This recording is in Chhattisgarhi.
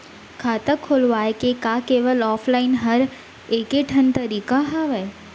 खाता खोलवाय के का केवल ऑफलाइन हर ऐकेठन तरीका हवय?